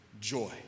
joy